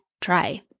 try